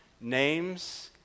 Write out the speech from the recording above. names